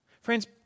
Friends